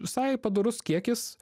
visai padorus kiekis